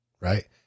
right